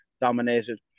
dominated